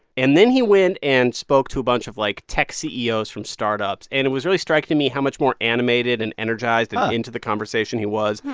and then he went and spoke to a bunch of, like, tech ceos from startups. and it was really striking to me how much more animated and energized and into the conversation he was,